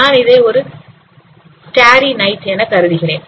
நான் இதை ஒரு ஸ்டரி நைட் என கருதுகிறேன்